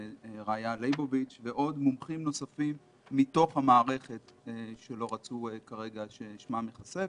רעיה ליבוביץ' ומומחים נוספים מתוך המערכת שלא רצו כרגע ששמם ייחשף.